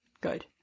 Good